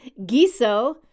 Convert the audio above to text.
Giso